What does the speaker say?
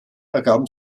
ergaben